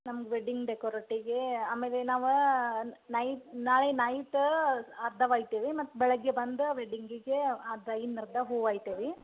ನಮ್ಮ ವೆಡ್ಡಿಂಗ್ ಡೆಕೋರೇಟಿಗೇ ಆಮೇಲೆ ನಾವು ನೈಟ್ ನಾಳೆ ನೈಟ್ ಅರ್ಧ ಒಯ್ತೇವೆ ಮತ್ತೆ ಬೆಳಿಗ್ಗೆ ಬಂದು ವೆಡ್ಡಿಂಗಿಗೆ ಅರ್ಧ ಇನ್ನು ಅರ್ಧ ಹೂವ ಇಟ್ಟೇವೆ